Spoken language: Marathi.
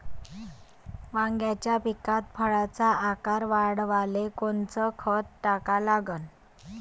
वांग्याच्या पिकात फळाचा आकार वाढवाले कोनचं खत टाका लागन?